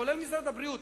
גם משרד הבריאות,